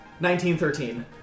1913